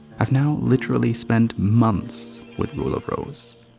i've now literally spent months with rule of rose.